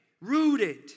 Rooted